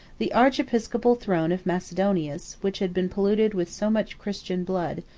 the archiepiscopal throne of macedonius, which had been polluted with so much christian blood,